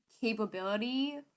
capability